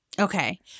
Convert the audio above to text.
Okay